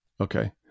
Okay